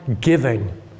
giving